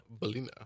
Belina